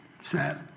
Sad